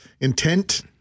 intent